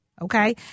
okay